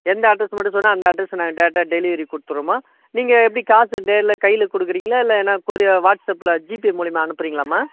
எந்த அட்ரெஸ் மட்டும் சொன்னால் அந்த அட்ரெஸுக்கு நாங்கள் டேரெக்டாக டெலிவரிக்கு கொடுத்துருவோம்மா நீங்கள் எப்படி காசு நேர்ல கையில் கொடுக்குறீங்களா இல்லைன்னா கொரியர் வாட்ஸ் ஆப்பில் ஜிபே மூலயமா அனுப்புகிறீங்களாம்மா